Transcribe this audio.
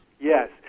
Yes